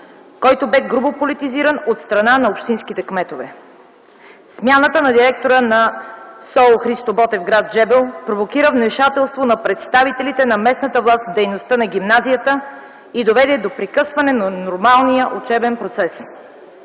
който бе грубо политизиран от страна на общинските кметове. Смяната на директора на СОУ „Христо Ботев”, гр. Джебел, провокира вмешателство на представителите на местната власт в дейността на гимназията и доведе до прекъсване на нормалния учебен процес.